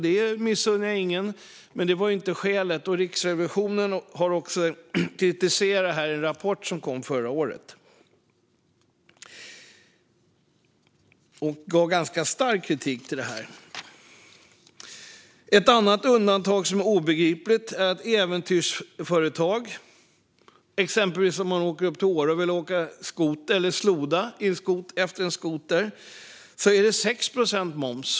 Det missunnar jag ingen, men det var inte skälet. Riksrevisionen har också kritiserat detta ganska starkt i en rapport som kom förra året. Ett annat undantag som är obegripligt är äventyrsföretag. Om man exempelvis åker upp till Åre och vill åka skoter eller sloda efter en skoter är det 6 procents moms.